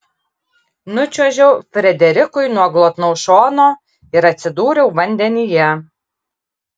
nučiuožiau frederikui nuo glotnaus šono ir atsidūriau vandenyje